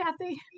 Kathy